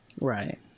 Right